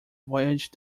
voyage